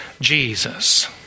Jesus